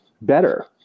better